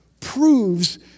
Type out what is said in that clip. proves